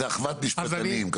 זה אחוות משפטנים.